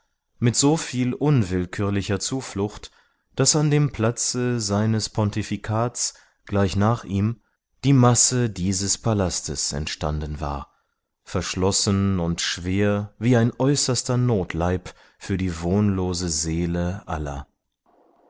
mit so viel unwillkürlicher zuflucht daß an dem platze seines pontifikats gleich nach ihm die masse dieses palastes entstanden war verschlossen und schwer wie ein äußerster notleib für die wohnlose seele aller